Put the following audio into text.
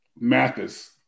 Mathis